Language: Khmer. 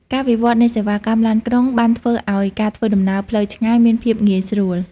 ការវិវត្តនៃសេវាកម្មឡានក្រុងបានធ្វើឱ្យការធ្វើដំណើរផ្លូវឆ្ងាយមានភាពងាយស្រួល។